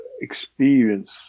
experience